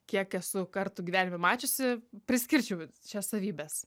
kiek esu kartų gyvenime mačiusi priskirčiau šias savybes